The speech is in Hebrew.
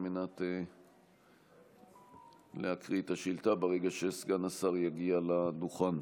על מנת להקריא את השאילתה ברגע שסגן השר יגיע לדוכן.